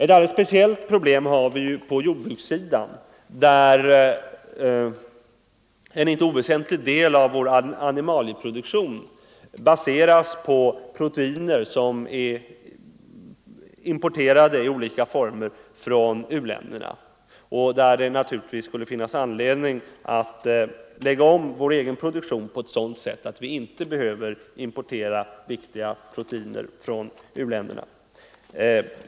Ett alldeles speciellt problem har vi ju på jordbrukssidan, där en inte oväsentlig del av animalieproduktionen baseras på proteiner som i olika former är importerade från u-länderna. Det skulle naturligtvis finnas anledning att lägga om vår egen produktion på ett sådant sätt att vi inte behöver importera viktiga proteiner från u-länder.